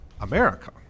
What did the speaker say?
America